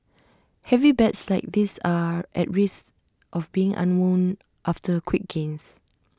heavy bets like this are at risk of being unwound after quick gains